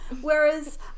whereas